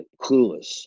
clueless